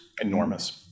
enormous